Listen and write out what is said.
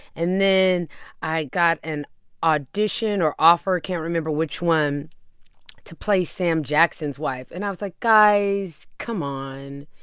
and then i got an audition or offer can't remember which one to play sam jackson's wife. and i was like, guys, come on.